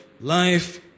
Life